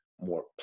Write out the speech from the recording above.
more